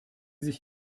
sich